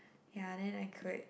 ya then like create